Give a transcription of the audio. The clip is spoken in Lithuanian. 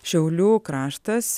šiaulių kraštas